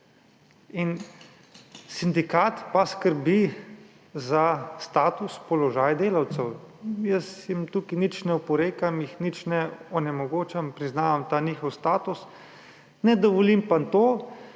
Sindikat pa skrbi za status, položaj delavcev. Jaz jim tukaj nič ne oporekam, jih nič ne onemogočam, priznavam ta njihov status, ne dovolim pa tega,